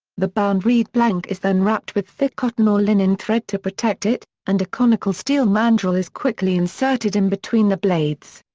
the bound reed blank is then wrapped with thick cotton or linen thread to protect it, and a conical steel mandrel is quickly inserted in between the blades.